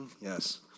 Yes